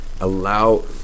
allow